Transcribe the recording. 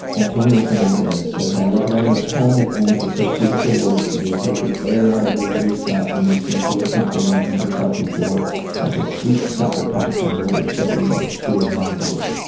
antonio fernandez says i love writing a poem that ends with such beautiful words that they take the air out of the reader's gut and makes them feel something they have never felt before like a sweet sucker-punch from an older sibling or a schoolyard bully.